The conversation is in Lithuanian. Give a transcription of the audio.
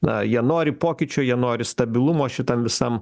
na jie nori pokyčių jie nori stabilumo šitam visam